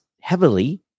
heavily